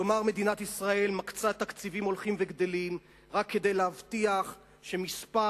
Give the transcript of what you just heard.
כלומר מדינת ישראל מקצה תקציבים הולכים וגדלים רק כדי להבטיח שמספר